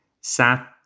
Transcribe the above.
sat